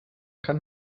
kann